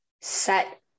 set